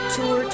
Tour